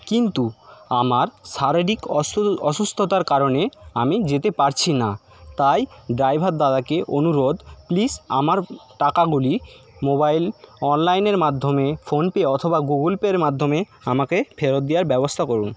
কিন্তু আমার শারীরিক অসু অসুস্থতার কারণে আমি যেতে পারছি না তাই ড্রাইভার দাদাকে অনুরোধ প্লিজ আমার টাকাগুলি মোবাইল অনলাইনের মাধ্যমে ফোনপে অথবা গুগুল পেয়ের মাধ্যমে আমাকে ফেরত দেওয়ার ব্যবস্থা করুন